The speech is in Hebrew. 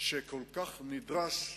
שכל כך נדרשת,